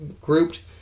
grouped